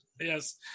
yes